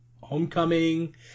homecoming